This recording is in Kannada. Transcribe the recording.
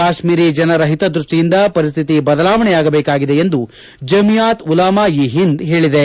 ಕಾಶ್ಮೀರಿ ಜನರ ಹಿತದೃಷ್ಠಿಯಿಂದ ಪರಿಸ್ಥಿತಿ ಬದಲಾವಣೆಯಾಗಬೇಕಾಗಿದೆ ಎಂದು ಜಮಿಯಾತ್ ಉಲಾಮ ಇ ಹಿಂದ್ ಹೇಳಿದೆ